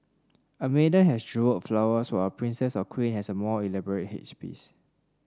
a maiden has jewelled flowers while a princess or queen has a more elaborate headpiece